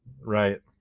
Right